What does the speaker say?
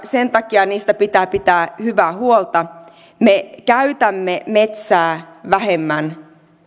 sen takia niistä pitää pitää hyvää huolta me käytämme metsää vähemmän